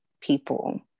people